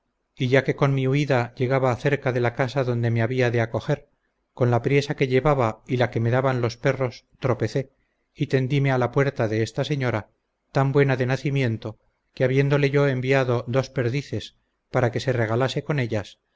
y ya que con mi huida llegaba cerca de la casa donde me había de acoger con la priesa que llevaba y la que me daban los perros tropecé y tendime a la puerta de esta señora tan buena de nacimiento que habiéndole yo enviado dos perdices para que se regalase con ellas